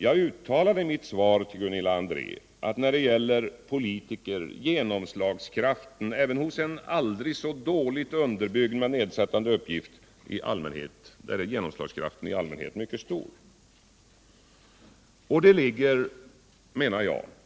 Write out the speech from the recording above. Jag uttalade i mitt svar till Gunilla André att när det gäller politiker är genomslagskraften i allmänhet mycket stor även hos en aldrig så dåligt underbyggd men nedsättande uppgift. Det ligger, menar jag.